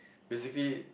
basically